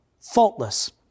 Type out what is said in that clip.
faultless